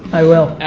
i will.